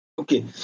Okay